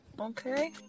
okay